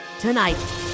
Tonight